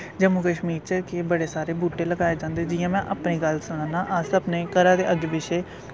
जम्मू कश्मीर च के बड़े सारे बूह्टे लगाए जंदे जियां में अपनी गल्ल सनाना अस अपने घरा दे अग्गे पिच्छे